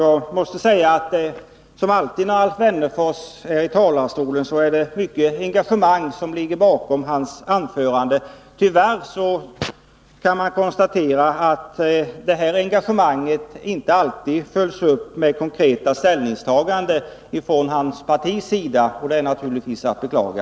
Jag måste säga att det, som alltid när Alf Wennerfors är i talarstolen, finns mycket engagemang bakom hans anförande. Tyvärr kan man konstatera att engagemanget inte alltid följs upp med konkreta ställningstaganden från hans partis sida, och det är naturligtvis att beklaga.